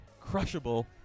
crushable